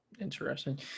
interesting